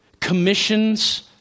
commissions